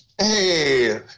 Hey